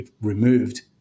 removed